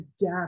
death